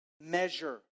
measure